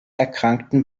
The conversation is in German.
erkrankten